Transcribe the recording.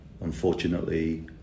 unfortunately